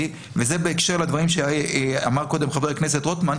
וזה בהקשר לדברים שאמר קודם חבר הכנסת רוטמן.